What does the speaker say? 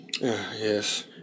Yes